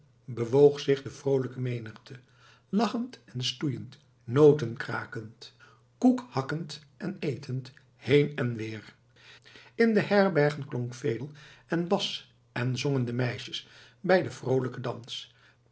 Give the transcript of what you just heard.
bewoog zich de vroolijke menigte lachend en stoeiend noten krakend koek hakkend en etend heen en weer in de herbergen klonk vedel en bas en zongen de meisjes bij den vroolijken dans